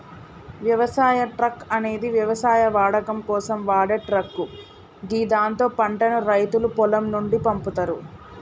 వ్యవసాయ ట్రక్ అనేది వ్యవసాయ వాడకం కోసం వాడే ట్రక్ గిదాంతో పంటను రైతులు పొలం నుండి పంపుతరు